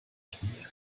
knie